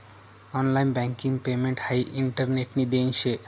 online banking payment हाई इंटरनेटनी देन शे